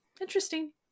interesting